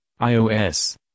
iOS